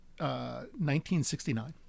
1969